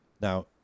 Now